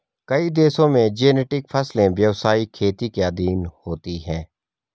कई देशों में जेनेटिक फसलें व्यवसायिक खेती के अधीन होती हैं